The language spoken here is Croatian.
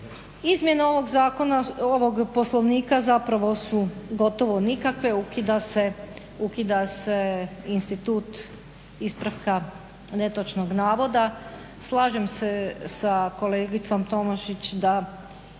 Izmjenama ovog Poslovnika zapravo su gotovo nikakve, ukida se institut ispravka netočnog navoda. Slažem se s kolegicom Tomašić da